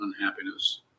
unhappiness